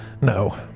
No